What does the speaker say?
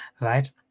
right